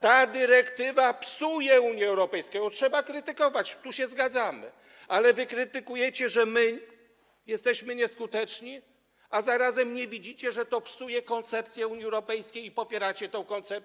Ta dyrektywa psuje Unię Europejską, trzeba ją krytykować - tu się zgadzamy - ale wy krytykujecie, że my jesteśmy nieskuteczni, a zarazem nie widzicie, że to psuje koncepcję Unii Europejskiej, i popieracie to.